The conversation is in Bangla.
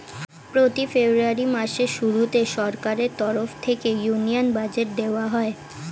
প্রতি ফেব্রুয়ারি মাসের শুরুতে সরকারের তরফ থেকে ইউনিয়ন বাজেট দেওয়া হয়